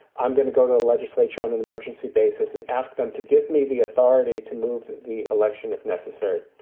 i'm going to go to the legislature on an emergency basis and ask them to give me the authority to move the election if necessary.